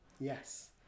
Yes